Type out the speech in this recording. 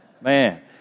Man